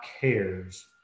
cares